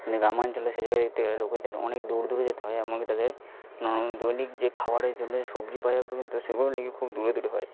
কিন্তু গ্রামাঞ্চলে সে জায়গায় দেখতে গেলে লোকেদের অনেক দূর দূর যেতে হয় এমনকি তাদের দৈনিক যে খাওয়ারের জন্যই সবজি বাজার পর্যন্ত সেগুলোও নাকি খুব দূরে দূরে হয়